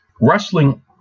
wrestling